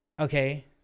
Okay